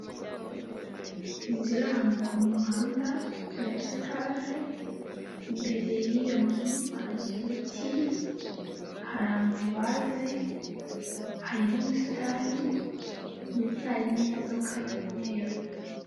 Inzu iri ahantu ku muhanda ya etaje, imbere y'iyo nzu hari ibiti, hari amavaze, hari n'ubusitani ndetse hari n'imodoka y'umweru.